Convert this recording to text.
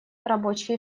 рабочие